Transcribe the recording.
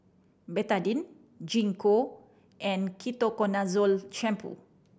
Betadine Gingko and Ketoconazole Shampoo